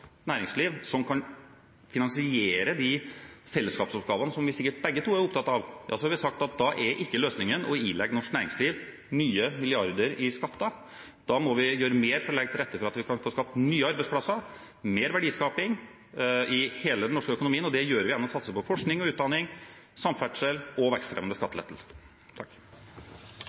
næringsliv, som kan finansiere de fellesskapsoppgavene som vi sikkert begge to er opptatt av, har vi sagt at da er ikke løsningen å ilegge norsk næringsliv nye milliarder i skatter. Da må vi gjøre mer for å legge til rette for at vi kan skape nye arbeidsplasser og få mer verdiskaping i hele den norske økonomien, og det gjør vi gjennom å satse på forskning og utdanning, samferdsel og vekstfremmende skattelettelser.